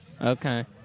Okay